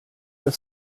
have